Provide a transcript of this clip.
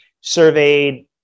surveyed